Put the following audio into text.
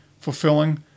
fulfilling